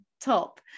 top